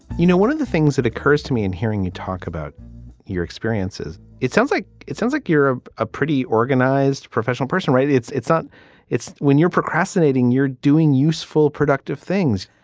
you know, one of the things that occurs to me in hearing you talk about your experiences. it sounds like it sounds like you're a pretty organized professional person, right? it's it's not. it's when you're procrastinating, you're doing useful, productive things.